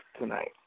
tonight